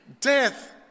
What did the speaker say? death